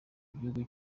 gihugu